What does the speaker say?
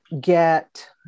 get